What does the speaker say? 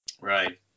right